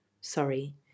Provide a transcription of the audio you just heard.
sorry